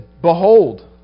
...behold